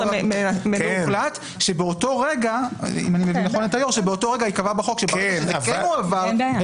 והוחלט שבאותו רגע יקבע בחוק --- כן הועבר,